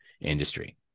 industry